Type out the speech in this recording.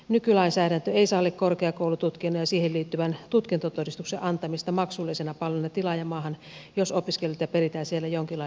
nykylainsäädäntö ei salli korkeakoulututkinnon ja siihen liittyvän tutkintotodistuksen antamista maksullisena palveluna tilaajamaahan jos opiskelijalta peritään siellä jonkinlainen maksu